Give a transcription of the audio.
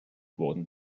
wurden